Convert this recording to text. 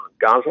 Gaza